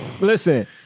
Listen